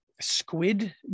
Squid